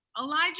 Elijah